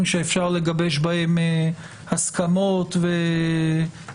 סעיפים שאפשר לגבש בהם הסכמות והבנות,